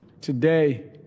Today